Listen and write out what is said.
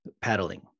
paddling